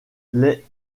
les